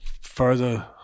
further